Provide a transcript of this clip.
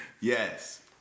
Yes